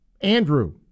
Andrew